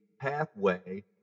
pathway